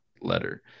letter